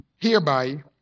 Hereby